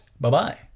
Bye-bye